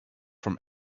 from